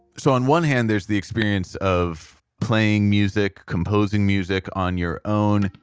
so on one hand, there's the experience of playing music, composing music on your own.